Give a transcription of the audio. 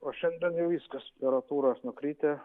o šiandien jau viskas temperatūra nukritę